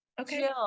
Okay